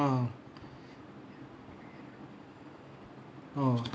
ah oh